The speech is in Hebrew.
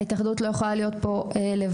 ההתאחדות לא יכולה להיות פה לבד.